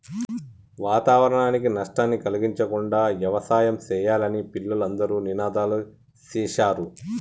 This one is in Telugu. వాతావరణానికి నష్టాన్ని కలిగించకుండా యవసాయం సెయ్యాలని పిల్లలు అందరూ నినాదాలు సేశారు